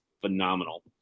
phenomenal